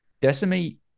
Decimate